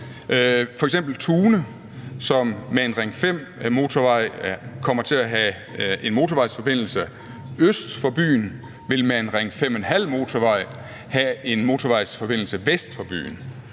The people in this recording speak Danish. F.eks. vil Tune, som med en Ring 5-motorvej kommer til at have en motorvejsforbindelse øst for byen, med en Ring 5½-motorvej have en motorvejsforbindelse vest for byen.